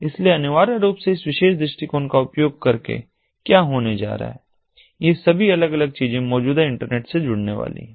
इसलिए अनिवार्य रूप से इस विशेष दृष्टिकोण का उपयोग करके क्या होने जा रहा है ये सभी अलग अलग चीजें मौजूदा इंटरनेट से जुड़ने वाली हैं